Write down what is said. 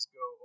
go